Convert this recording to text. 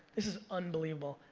this is unbelievable.